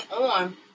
on